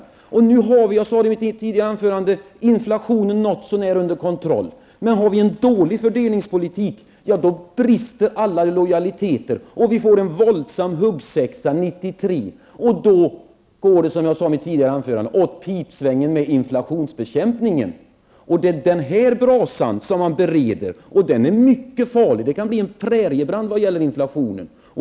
Som jag sade i mitt tidigare anförande har vi nu inflationen något så när under kontroll. Om vi har en dålig fördelningspolitik brister alla lojaliteter, och vi kommer att få en våldsam huggsexa år 1993. Då går det som jag sade i mitt tidigare anförande åt pipan med inflationsbekämpningen. Den brasa som man bereder kan bli mycket farlig. Det kan bli en präriebrand vad gäller inflationen.